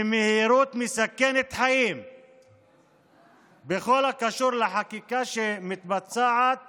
במהירות מסכנת חיים בכל הקשור לחקיקה, שמתבצעת